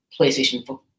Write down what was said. PlayStation